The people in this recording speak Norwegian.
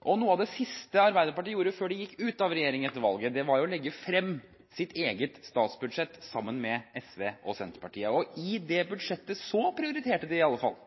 Noe av det siste Arbeiderpartiet gjorde før de gikk ut av regjering etter valget, var å legge frem sitt eget statsbudsjett sammen med SV og Senterpartiet, og i det budsjettet prioriterte de i alle fall.